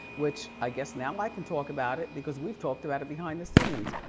which i guess now i can talk about it because we've talked about it behind the scenes.